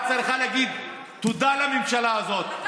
את צריכה להגיד תודה לממשלה הזאת.